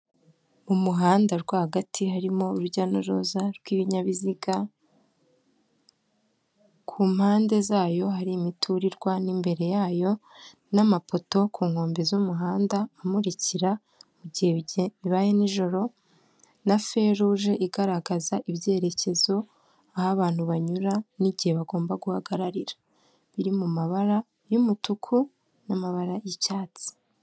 Urupapuro rw'umweru cyangwa se rwera rwanditsweho amagambo ibishushanyo ndetse n'andi mabara atandukanye, handitsweho amagambo yiganjemo umukara, ay'ubururu ay'umweru ndetse akaba ariho agashushanya ka mudasobwa, hariho n'andi mabara atandukanye y'umutuku, ubururu ashushanyijemo inyoni y'umweru ndetse hakaba ashushanyijeho amabara y'ubururu, umutuku umuhondo ndetse n'icyatsi y'ibendera ry'u Rwanda.